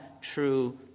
true